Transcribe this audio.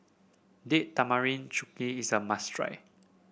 Date Tamarind Chutney is a must try